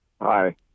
Hi